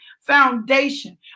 foundation